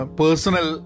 personal